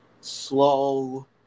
slow